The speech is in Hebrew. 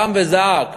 קם וזעק,